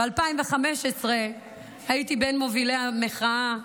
ב-2015 הייתי בין מובילי המחאה,